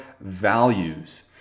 values